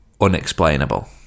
unexplainable